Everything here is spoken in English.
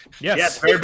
Yes